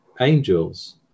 angels